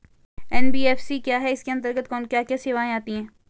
NBFC क्या है इसके अंतर्गत क्या क्या सेवाएँ आती हैं?